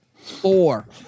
Four